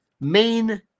main